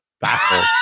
baffled